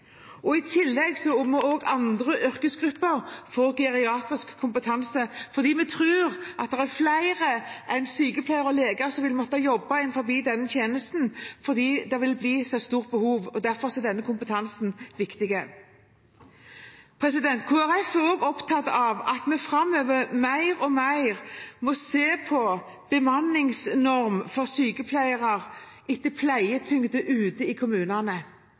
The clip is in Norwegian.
andre yrkesgrupper få geriatrisk kompetanse, for vi tror det er flere enn sykepleiere og leger som vil måtte jobbe innenfor denne tjenesten – behovet vil bli stort, derfor er denne kompetansen viktig. Kristelig Folkeparti er også opptatt av at vi framover mer og mer må se på en bemanningsnorm for sykepleiere etter pleietyngden ute i kommunene.